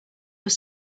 your